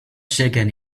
shaken